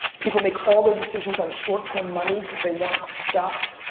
people make all their decisions on short term money because they want stuff.